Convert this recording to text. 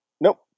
nope